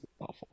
awful